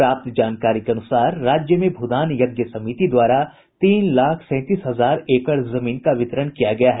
प्राप्त जानकारी के अनुसार राज्य में भूदान यज्ञ समिति द्वारा तीन लाख सैंतीस हजार एकड़ जमीन का वितरण किया गया है